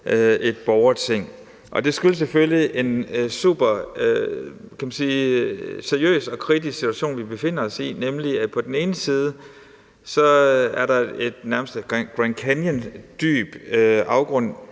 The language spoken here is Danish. et borgerting. Og det skyldes selvfølgelig, kan man sige, den superseriøse og kritiske situation, vi befinder os i. Nemlig at der nærmest er en Grand Canyondyb afgrund